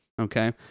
Okay